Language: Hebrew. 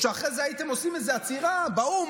או שאחרי זה הייתם עושים איזו עצירה באו"ם,